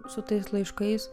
su tais laiškais